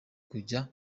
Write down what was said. kujya